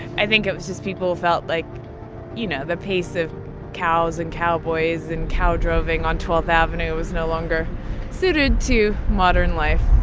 i think it was just people felt like you know the pace of cows and cowboys and cow droving on twelfth avenue was no longer suited to modern life,